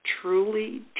truly